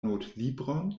notlibron